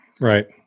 Right